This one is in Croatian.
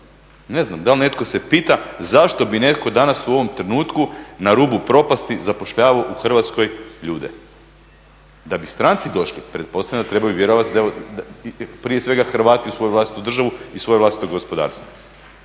Ne znam, da li netko se pita zašto bi netko danas u ovom trenutku na rubu propasti zapošljavao u Hrvatskoj ljude? Da bi stranci došli pretpostavljam da trebaju vjerovati da, prije svega Hrvati u svoju vlastitu državu i svoje vlastito gospodarstvo.